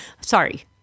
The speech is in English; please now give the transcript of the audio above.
Sorry